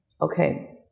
Okay